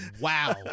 Wow